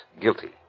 guilty